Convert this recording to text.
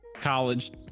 college